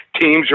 teams